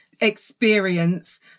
Experience